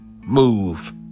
move